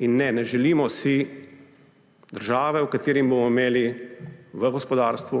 In ne, ne želimo si države, v kateri bomo imeli v gospodarstvu